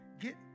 Get